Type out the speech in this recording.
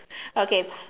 okay